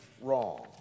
wrong